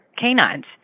canines